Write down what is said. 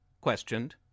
questioned